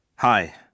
Hi